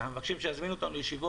אנחנו מבקשים שיזמינו אותנו לדיון.